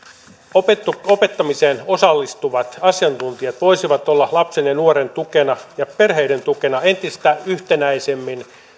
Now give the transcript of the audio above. opettamiseen osallistuvat asiantuntijat voisivat olla lapsen ja nuoren tukena ja perheiden tukena entistä yhtenäisemmin